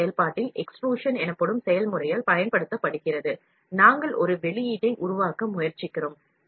M செயல்பாட்டில் extrusion எனப்படும் செயல்முறையால் பயன்படுத்தப்படுகிறது நாங்கள் ஒரு வெளியீட்டை உருவாக்க முயற்சிக்கிறோம்